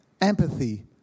empathy